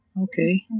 Okay